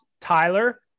Tyler